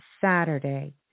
Saturday